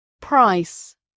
Price